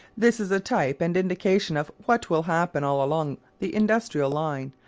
this is a type and indication of what will happen all along the industrial line,